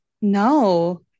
No